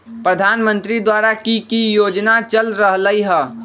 प्रधानमंत्री द्वारा की की योजना चल रहलई ह?